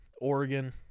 Oregon